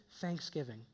thanksgiving